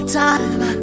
time